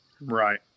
right